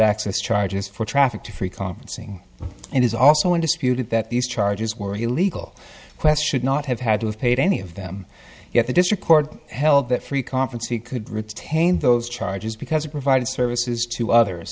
access charges for traffic to free conferencing and is also in dispute that these charges were a legal question not have had to have paid any of them yet the district court held that free conference he could retain those charges because he provided services to others